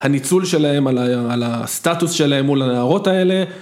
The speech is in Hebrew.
הניצול שלהם על הסטטוס שלהם מול הנערות האלה.